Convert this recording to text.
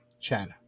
chat